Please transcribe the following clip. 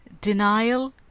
denial